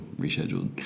rescheduled